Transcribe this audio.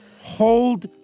Hold